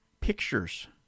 Pictures